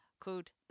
called